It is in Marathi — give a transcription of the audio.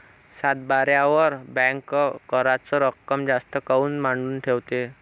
सातबाऱ्यावर बँक कराच रक्कम जास्त काऊन मांडून ठेवते?